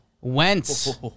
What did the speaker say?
Wentz